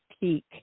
peak